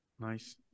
Nice